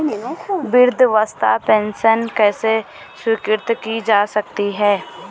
वृद्धावस्था पेंशन किसे स्वीकृत की जा सकती है?